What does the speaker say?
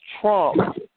Trump